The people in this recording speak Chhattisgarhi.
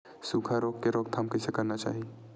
सुखा रोग के रोकथाम कइसे करना चाही?